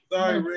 Sorry